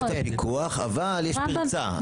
יש ויכוח, אבל יש פרצה.